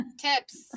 tips